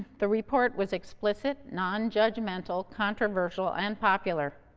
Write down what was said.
the report was explicit, non-judgmental, controversial and popular.